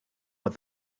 with